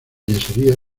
yeserías